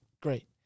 Great